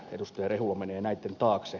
rehula menee näitten taakse